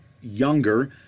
younger